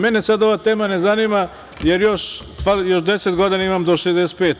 Mene sada ova tema ne zanima, jer još deset godina imam do 65.